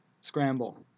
scramble